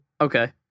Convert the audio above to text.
Okay